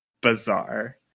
Bizarre